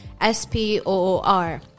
S-P-O-O-R